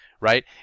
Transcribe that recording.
right